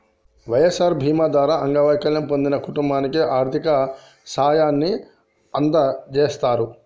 వై.ఎస్.ఆర్ బీమా ద్వారా అంగవైకల్యం పొందిన కుటుంబానికి ఆర్థిక సాయాన్ని అందజేస్తారు